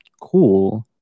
cool